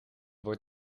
wordt